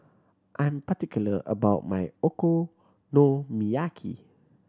I'm particular about my Okonomiyaki